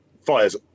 fires